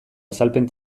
azalpen